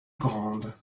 grande